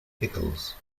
pickles